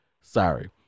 sorry